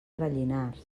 rellinars